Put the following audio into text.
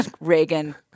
Reagan